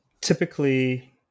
typically